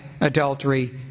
adultery